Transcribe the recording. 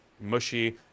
mushy